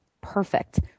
Perfect